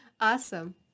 Awesome